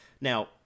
Now